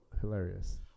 hilarious